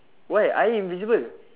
why I invisible